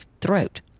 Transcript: throat